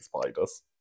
spiders